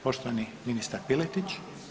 Poštovani ministar Piletić.